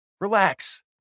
Relax